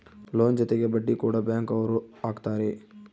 loan ಜೊತೆಗೆ ಬಡ್ಡಿ ಕೂಡ ಬ್ಯಾಂಕ್ ಅವ್ರು ಹಾಕ್ತಾರೆ